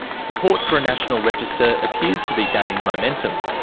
support for a national register appears to be gaining momentum.